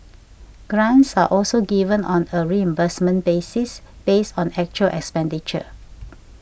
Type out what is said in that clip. grants are also given on a reimbursement basis based on actual expenditure